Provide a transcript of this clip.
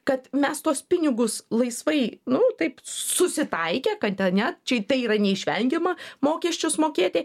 kad mes tuos pinigus laisvai nu taip susitaikę kad ane čia tai yra neišvengiama mokesčius mokėti